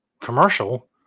commercial